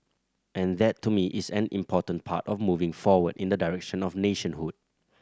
and that to me is an important part of moving forward in the direction of nationhood